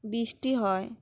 বৃষ্টি হয়